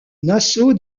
nassau